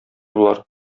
болар